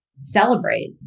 celebrate